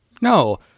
no